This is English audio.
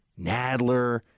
Nadler